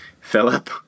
Philip